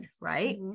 Right